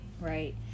right